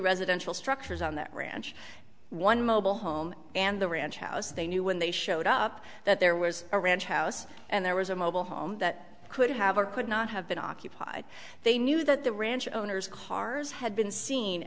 residential structures on that ranch one mobile home and the ranch house they knew when they showed up that there was a ranch house and there was a mobile home that could have a could not have been occupied they knew that the ranch owners cars had been seen